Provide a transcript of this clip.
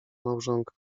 małżonka